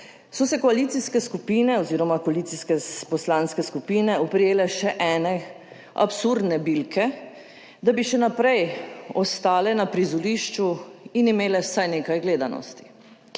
So se koalicijske skupine oz. koalicijske poslanske skupine oprijele še ene absurdne bilke, da bi še naprej ostale na prizorišču in imele vsaj nekaj gledanosti.